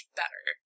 better